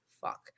Fuck